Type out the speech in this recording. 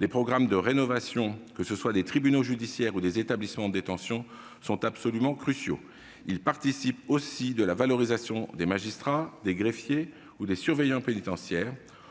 Les programmes de rénovation, que ce soit des tribunaux judiciaires ou des établissements de détention, sont absolument cruciaux. Ils participent aussi de la valorisation des magistrats, des greffiers ou des surveillants pénitentiaires.